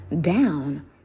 down